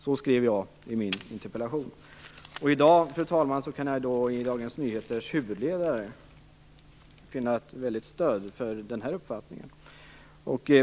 Så skrev jag i min interpellation. I dag, fru talman, kan jag i Dagens Nyheters huvudledare finna ett starkt stöd för den här uppfattningen.